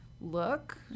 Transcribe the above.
look